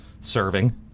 serving